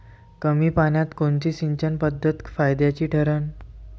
कमी पान्यात कोनची सिंचन पद्धत फायद्याची ठरन?